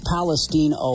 Palestine